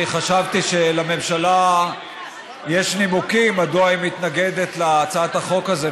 אני חשבתי שלממשלה יש נימוקים מדוע היא מתנגדת להצעת החוק הזאת,